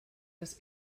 dass